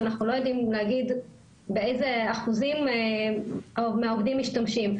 אבל אנחנו לא יודעים להגיד באיזה אחוזים מהעובדים משתמשים.